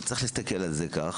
יש להסתכל על זה כך.